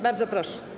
Bardzo proszę.